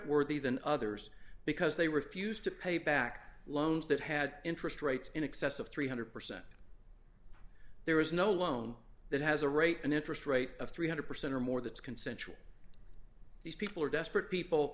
worthy than others because they refused to pay back loans that had interest rates in excess of three hundred percent there is no loan that has a rate an interest rate of three hundred percent or more that's consentual these people are desperate people